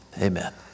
Amen